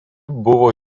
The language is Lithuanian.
buvo